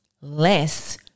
less